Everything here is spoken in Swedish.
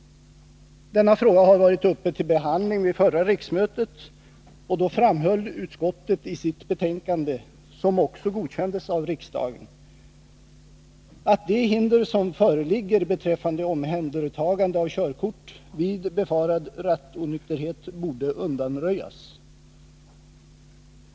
Denna fråga har varit uppe till behandling vid förra riksmötet, och då framhöll utskottet i sitt betänkande, vilket också godkändes av riksdagen, att de hinder som föreligger beträffande omhändertagande av körkort vid befarad rattonykterhet borde undanröjas.